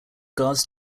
gods